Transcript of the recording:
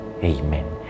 Amen